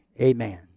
Amen